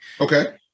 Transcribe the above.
okay